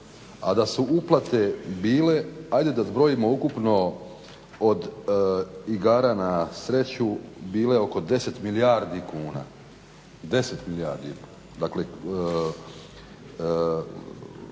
a da su uplate bile ajde da zbrojimo ukupno od igara na sreću bile oko 10 milijardi kuna. Dakle klađenje